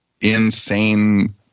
insane